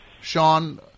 Sean